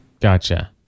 Gotcha